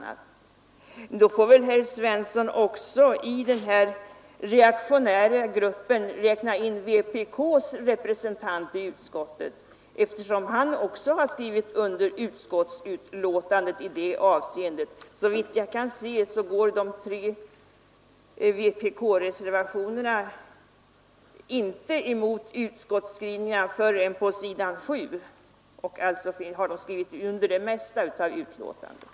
Då får väl herr Svensson i den här reaktionära gruppen räkna in vpk:s representant i utskottet, eftersom han också har skrivit under utskottsbetänkandet i detta avseende. Såvitt jag kan se går de tre vpk-reservationerna inte emot utskottsskrivningarna förrän på s. 7, och alltså har vpk-representanten skrivit under det mesta av betänkandet.